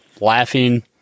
laughing